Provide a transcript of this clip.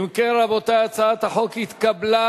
אם כן, רבותי, הצעת החוק התקבלה